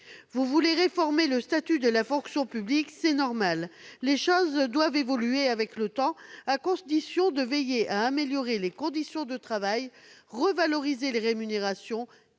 Vous voulez réformer le statut de la fonction publique ; c'est normal, les choses doivent évoluer avec le temps, mais à condition de veiller à améliorer les conditions de travail, de revaloriser les rémunérations